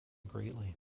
greatly